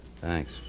Thanks